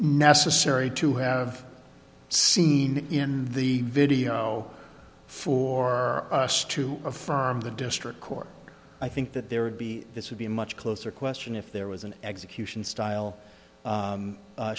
necessary to have seen in the video for us to affirm the district court i think that there would be this would be a much closer question if there was an execution style